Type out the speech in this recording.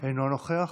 אינו נוכח,